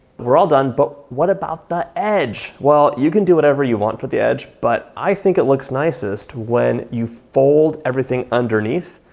we're all done but what about the edge? well, you can do whatever you want for the edge, but i think it looks nicest when you fold everything underneath,